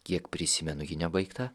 kiek prisimenu ji nebaigta